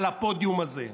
על הפודיום הזה.